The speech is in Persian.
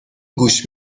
گوش